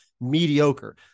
mediocre